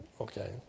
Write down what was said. okay